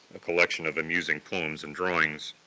a collection of amusing poems and drawings,